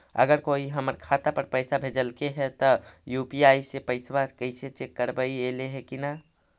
अगर कोइ हमर खाता पर पैसा भेजलके हे त यु.पी.आई से पैसबा कैसे चेक करबइ ऐले हे कि न?